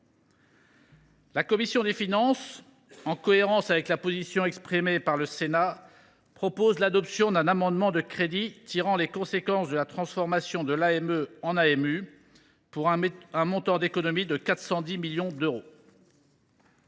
La commission des finances, en cohérence avec la position exprimée par le Sénat, propose un amendement de crédits visant à tirer les conséquences de la transformation de l’AME en AMU et à réaliser une économie de 410 millions d’euros.